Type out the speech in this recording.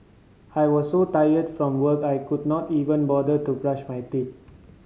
I was so tired from work I could not even bother to brush my teeth